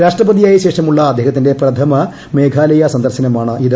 രാഷ്ട്രപതിയായ ശേഷമുള്ള അദ്ദേഹത്തിന്റ പ്രഥമ മേഘാലയ സന്ദർശനമാണിത്